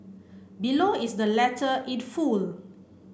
below is the letter it full